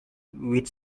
with